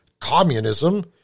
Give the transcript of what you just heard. communism